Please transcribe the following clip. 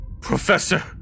Professor